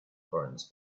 bones